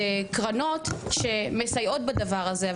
וקרנות שמסייעות בדבר הזה,